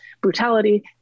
Brutality